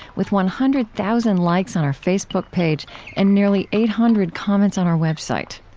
with one hundred thousand likes on our facebook page and nearly eight hundred comments on our website.